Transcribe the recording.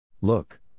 Look